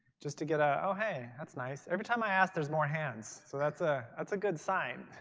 just to get, ah oh, hey. that's nice? every time i asked, there's more hands. so that's ah that's a good sign.